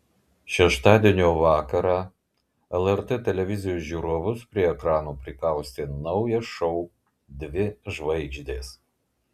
šeštadienio vakarą lrt televizijos žiūrovus prie ekranų prikaustė naujas šou dvi žvaigždės